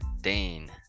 Dane